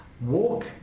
walk